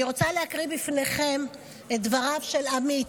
אני רוצה להקריא בפניכם את דבריו של עמית,